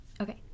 okay